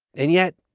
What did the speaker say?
and yet,